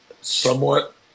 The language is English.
somewhat